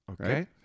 Okay